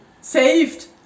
saved